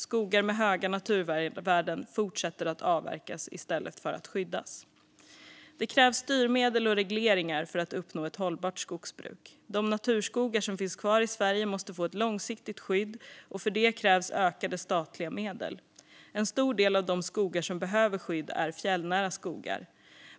Skogar med höga naturvärden fortsätter att avverkas i stället för att skyddas. Det krävs styrmedel och regleringar för att uppnå ett hållbart skogsbruk. De naturskogar som finns kvar i Sverige måste få ett långsiktigt skydd, och för det krävs ökade statliga medel. En stor del av de skogar som behöver skydd är fjällnära skogar.